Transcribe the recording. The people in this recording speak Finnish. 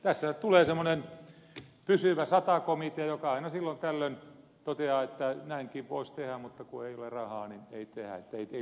tässä tulee semmoinen pysyvä sata komitea joka aina silloin tällöin toteaa että näinkin voisi tehdä mutta kun ei ole rahaa niin ei tehdä